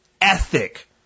ethic